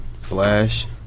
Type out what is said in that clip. Flash